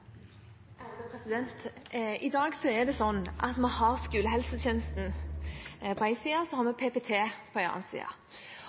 i det. I dag er det slik at vi har skolehelsetjenesten på den ene siden, og så har